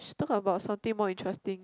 should talk about something more interesting